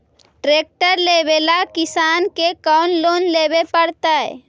Tractor लेवेला किसान के कौन लोन लेवे पड़तई?